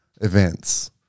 Events